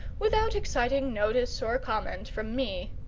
without exciting notice or comment from me.